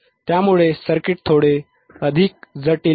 त्यामुळे सर्किट थोडे अधिक जटिल होते